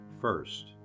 First